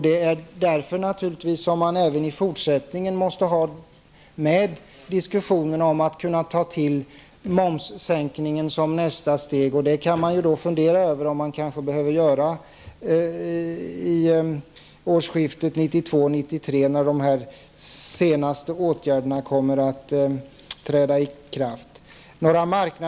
Det är naturligtvis därför som man även i fortsättningen måste föra en diskussion om att ta till en momssänkning som ett nästa steg, och man får fundera över om man kanske behöver göra detta vid årsskiftet 1992-1993, när des senaste åtgärderna kommer att träda i kraft.